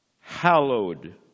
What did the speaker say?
hallowed